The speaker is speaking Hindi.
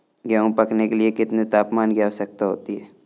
गेहूँ पकने के लिए कितने तापमान की आवश्यकता होती है?